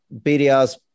BDRs